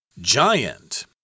Giant